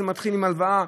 זה מתחיל עם הלוואה,